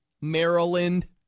Maryland